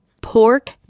pork